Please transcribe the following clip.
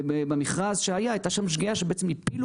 ובמכרז שהיה הייתה שם שגיאה שבעצם הפילו